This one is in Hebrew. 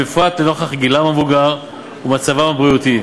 בפרט לנוכח גילם המבוגר ומצבם הבריאותי.